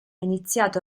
iniziato